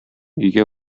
өйгә